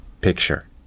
picture